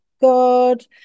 God